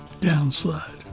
downslide